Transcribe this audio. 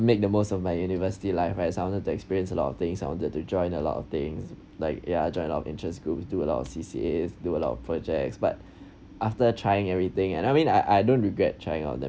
make the most of my university life whereas I wanted to experience a lot of things I wanted to join a lot of things like ya join a lots of interest group do a lot of C_C_As do a lot of projects but after trying everything and I mean I I don't regret trying all them